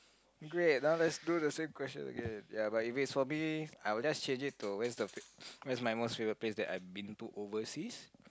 great now let's do the same question again ya but is for my I will just change it to where's the where's my most favorite place that I've been to overseas